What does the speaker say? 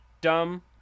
dumb